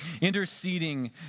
Interceding